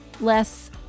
less